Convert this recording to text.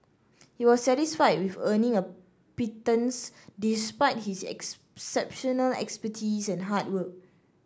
he was satisfied with earning a pittance despite his exceptional expertise and hard work